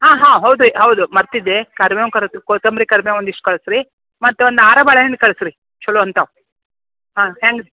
ಹಾಂ ಹಾಂ ಹೌದು ರೀ ಹೌದು ಮರೆತಿದ್ದೆ ಕರ್ಬೇವು ಕರದ್ ಕೊತ್ತಂಬರಿ ಕರ್ಬೇವು ಒಂದಿಷ್ಟು ಕಳ್ಸಿ ರೀ ಮತ್ತು ಒಂದು ಆರೇ ಬಾಳೆಹಣ್ಣು ಕಳ್ಸಿ ರೀ ಚೊಲೋ ಅಂಥವು ಹಾಂ ಹೇಗ್ರೀ